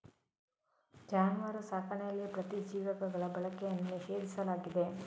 ಜಾನುವಾರು ಸಾಕಣೆಯಲ್ಲಿ ಪ್ರತಿಜೀವಕಗಳ ಬಳಕೆಯನ್ನು ನಿಷೇಧಿಸಲಾಗಿದೆ